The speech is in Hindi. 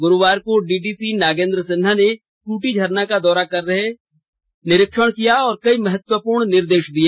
गुरुवार को डीडीसी नागेंद्र सिन्हा ने टटी झरना का दौरा कर चल रहे कार्य का निरीक्षण किया और कई महत्वपूर्ण निर्देश दिए